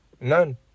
none